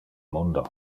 mundo